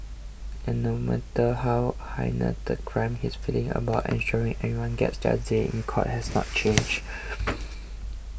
and no matter how heinous the crime his feelings about ensuring everyone gets their day in court has not changed